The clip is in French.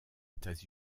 états